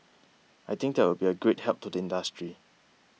I think that will be a great help to the industry